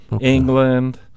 england